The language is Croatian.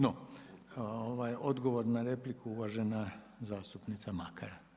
No, ovaj odgovor na repliku uvažena zastupnica Makar.